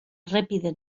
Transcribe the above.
errepide